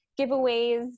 giveaways